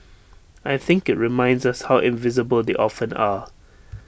I think IT reminds us how invisible they often are